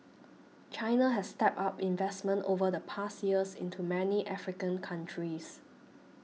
China has stepped up investment over the past years into many African countries